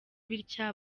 bitya